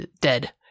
dead